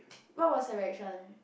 what was her reaction